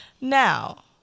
Now